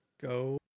Go